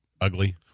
ugly